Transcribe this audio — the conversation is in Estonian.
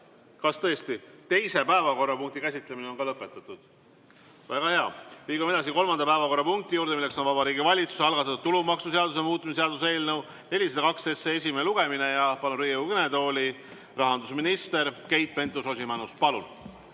kas tõesti? – teise päevakorrapunkti käsitlemine on ka lõpetatud. Väga hea! Liigume edasi kolmanda päevakorrapunkti juurde: Vabariigi Valitsuse algatatud tulumaksuseaduse muutmise seaduse eelnõu 402 esimene lugemine. Palun Riigikogu kõnetooli rahandusminister Keit Pentus-Rosimannuse. Palun!